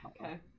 okay